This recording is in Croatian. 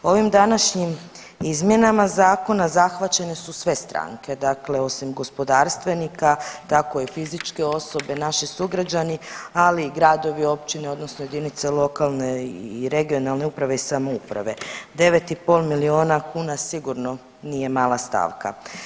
Ovim današnjim izmjenama zakona zahvaćene su sve stranke, dakle osim gospodarstvenika tako i fizičke osobe, naši sugrađani, ali gradovi i općine odnosno jedinice lokalne i regionalne uprave i samouprave, 9,5 milijuna kuna sigurno nije mala stavka.